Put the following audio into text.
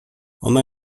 ona